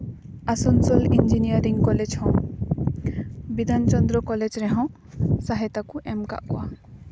Asansol engineering college ᱦᱚᱸ Bidhan Chandra college ᱨᱮᱦᱚᱸ ᱥᱚᱦᱟᱭᱚᱛᱟ ᱠᱚ ᱮᱢ ᱠᱟᱜ ᱠᱚᱣᱟ